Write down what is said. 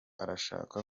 arashaka